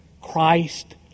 Christ